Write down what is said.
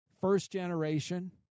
first-generation